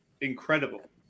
incredible